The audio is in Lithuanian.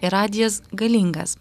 ir radijas galingas